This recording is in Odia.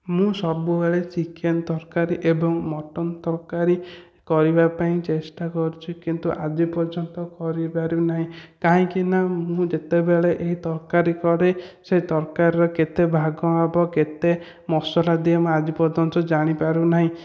ମୁଁ ସବୁବେଳେ ଚିକେନ ତରକାରୀ ଏବଂ ମଟନ ତରକାରୀ କରିବା ପାଇଁ ଚେଷ୍ଟା କରୁଛି କିନ୍ତୁ ଆଜି ପର୍ଯ୍ୟନ୍ତ କରିପାରି ନାହିଁ କାହିଁକି ନା ମୁଁ ଯେତେବେଳେ ଏହି ତରକାରୀ କରେ ସେ ତରକାରୀର କେତେ ଭାଗ ମାପ କେତେ ମସଲା ଦିଏ ମୁଁ ଆଜି ପର୍ଯ୍ୟନ୍ତ ଜାଣି ପାରୁନାହିଁ